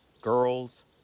girls